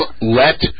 let